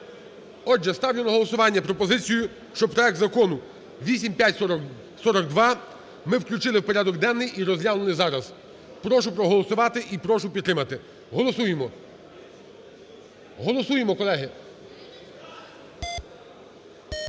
Отже, ставлю на голосування пропозицію, щоб проект Закону 8542 ми включили в порядок денний і розглянули зараз. Прошу проголосувати і прошу підтримати. Голосуємо. Голосуємо, колеги.